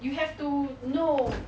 you have to know